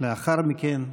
לאחר מכן,